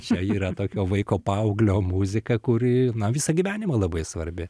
čia yra tokio vaiko paauglio muzika kuri na visą gyvenimą labai svarbi